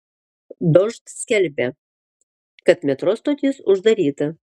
dožd skelbia kad metro stotis uždaryta